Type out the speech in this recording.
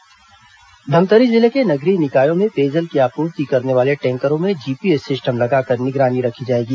पेयजल समीक्षा बैठक धमतरी जिले के नगरीय निकायों में पेयजल की आपूर्ति करने वाले टैंकरों में जीपीएस सिस्टम लगाकर निगरानी रखी जाएगी